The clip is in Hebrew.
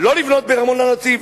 לא לבנות בארמון-הנציב,